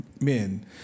men